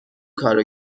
کارو